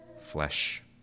flesh